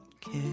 care